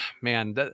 man